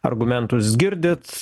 argumentus girdit